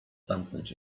zamknąć